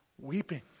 weeping